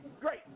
Great